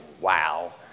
wow